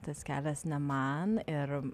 tas kelias ne man ir